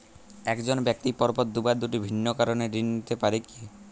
এক জন ব্যক্তি পরপর দুবার দুটি ভিন্ন কারণে ঋণ নিতে পারে কী?